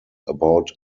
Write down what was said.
about